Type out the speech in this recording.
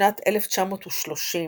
בשנת 1930,